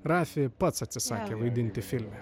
rafi pats atsisakė vaidinti filme